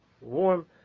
warm